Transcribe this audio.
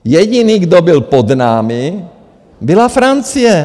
Jediný, kdo byl pod námi, byla Francie.